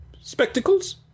spectacles